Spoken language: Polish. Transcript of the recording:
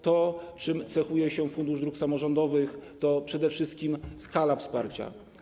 To, czym cechuje się Fundusz Dróg Samorządowych, to przede wszystkim skala wsparcia.